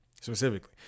Specifically